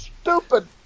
stupid